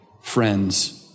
friends